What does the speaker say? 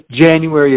January